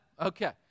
Okay